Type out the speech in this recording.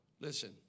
listen